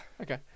okay